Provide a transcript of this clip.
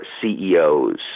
CEOs